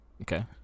Okay